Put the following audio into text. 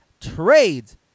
trades